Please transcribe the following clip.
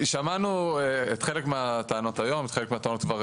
שמענו את חלק מהטענות היום, את חלק מהטענות.